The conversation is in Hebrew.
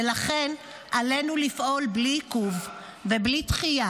ולכן עלינו לפעול בלי עיכוב ובלי דחייה